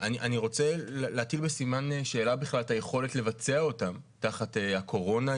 אני רוצה להטיל בסימן שאלה בכלל את היכולת לבצע אותם תחת הקורונה.